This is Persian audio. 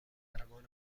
قهرمان